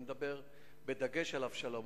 אני מדבר בדגש על אבשלום,